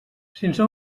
sense